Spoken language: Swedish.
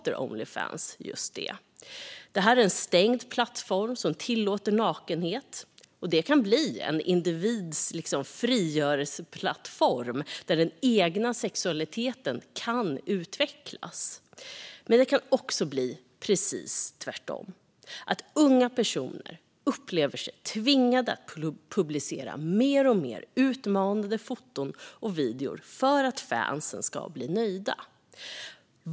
En stängd plattform som tillåter nakenhet kan bli en individs frigörelseplattform där den egna sexualiteten kan utvecklas. Men det kan också bli precis tvärtom. Unga personer kan uppleva sig tvingade att publicera mer och mer utmanande foton och videor för att fansen ska bli nöjda.